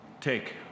Take